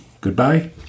Goodbye